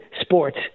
sports